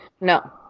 No